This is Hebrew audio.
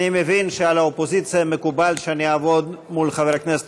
אני מבין שעל האופוזיציה מקובל שאני אעבוד מול חבר הכנסת